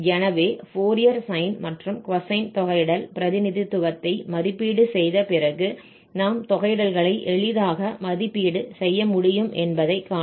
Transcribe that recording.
எனவே Fourier sine மற்றும் cosine தொகையிடல் பிரதிநிதித்துவத்தை மதிப்பீடு செய்த பிறகு நாம் தொகையிடல்களை எளிதாக மதிப்பீடு செய்ய முடியும் என்பதை காணலாம்